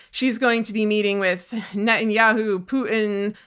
she's going to be meeting with netanyahu, putin,